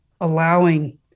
allowing